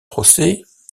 procès